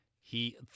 he-